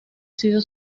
sido